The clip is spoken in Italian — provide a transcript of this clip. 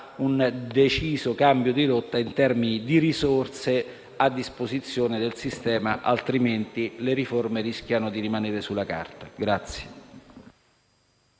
un deciso cambio di rotta in termini di risorse a disposizione del sistema, altrimenti le riforme rischiano di rimanere sulla carta.